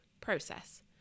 process